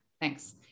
Thanks